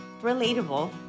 relatable